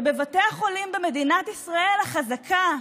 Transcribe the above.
ובבתי החולים במדינת ישראל החזקה,